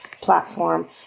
platform